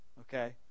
Okay